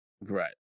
Right